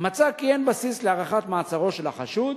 מצא כי אין בסיס להארכת מעצרו של החשוד